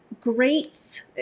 Great